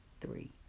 three